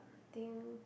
I think